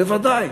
בוודאי.